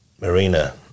Marina